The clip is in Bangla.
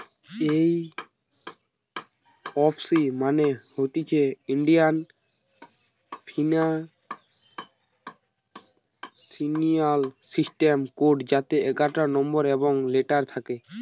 এই এফ সি মানে হতিছে ইন্ডিয়ান ফিনান্সিয়াল সিস্টেম কোড যাতে এগারটা নম্বর এবং লেটার থাকে